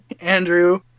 Andrew